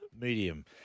medium